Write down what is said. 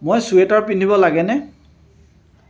মই ছুৱেটাৰ পিন্ধিব লাগেনে